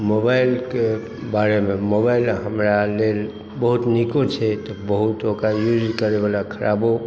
मोबाइलके बारेमे मोबाइल हमरा लेल बहुत नीको छै तऽ बहुत ओकर यूज करैवला खराबो